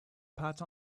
pat